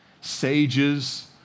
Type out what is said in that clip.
sages